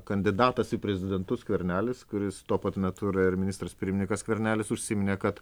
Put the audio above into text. kandidatas į prezidentus skvernelis kuris tuo pat metu yra ir ministras pirmininkas skvernelis užsiminė kad